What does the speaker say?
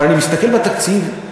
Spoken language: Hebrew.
אבל אני מסתכל בתקציב,